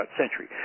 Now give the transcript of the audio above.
century